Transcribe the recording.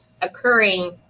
occurring